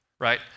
Right